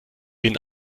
den